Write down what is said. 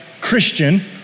Christian